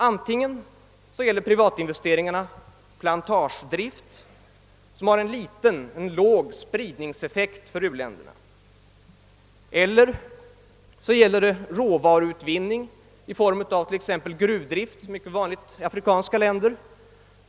Antingen gäller privatinvesteringarna plantagedrift, som har en låg spridningseffekt för u-länderna, eller också gäller de råvaruutvinning i form av t.ex. gruvdrift — det är mycket vanligt i afrikanska länder.